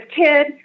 kid